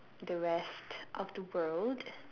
the rest of the world